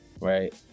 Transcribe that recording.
Right